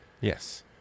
Yes